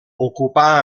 ocupà